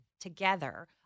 together